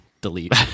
Delete